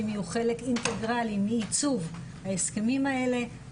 יהיו חלק אינטגרלי מייצוב ההסכמים האלה,